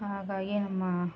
ಹಾಗಾಗಿ ನಮ್ಮ